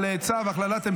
אין